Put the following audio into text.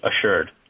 assured